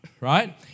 Right